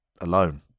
alone